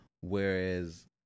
whereas